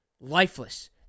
lifeless